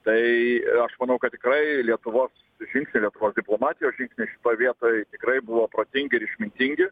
tai aš manau kad tikrai lietuvos žingsniai lietuvos diplomatijos žingsniai šitoj vietoj tikrai buvo protingi ir išmintingi